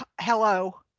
hello